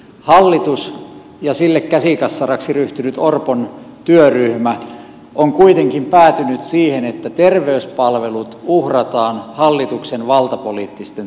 hallitus ja sille käsikassaraksi ryhtynyt orpon työryhmä on kuitenkin päätynyt siihen että terveyspalvelut uhrataan hallituksen valtapoliittisten tavoitteitten toteuttamiseksi